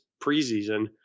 preseason